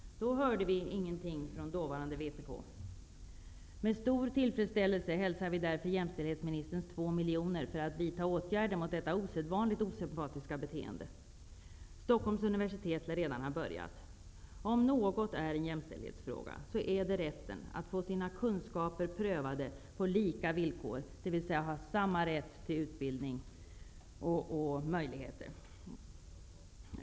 Då hörde vi ingenting från dåvarande vpk. Med stor tillfredsställelse hälsar vi därför jämställdhetsministerns 2 miljoner för att vidta åtgärder mot det osedvanligt osympatiska beteende som sexuella trakasserier är -- Stockholms universitet lär redan ha börjat. Om något är en jämställdhetsfråga är det rätten att få sina kunskaper prövade på lika villkor, dvs. att ha samma rätt och möjlighet till utbildning.